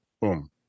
boom